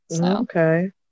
okay